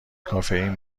کافئین